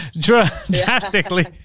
drastically